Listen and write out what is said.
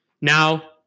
Now